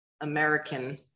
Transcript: American